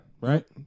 Right